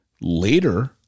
later